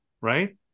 right